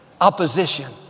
opposition